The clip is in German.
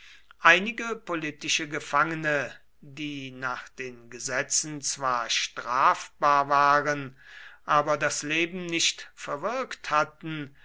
einige politische gefangene die nach den gesetzen zwar strafbar waren aber das leben nicht verwirkt hatten